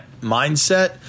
mindset